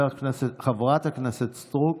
חברת הכנסת סטרוק,